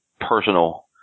personal